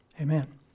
Amen